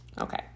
Okay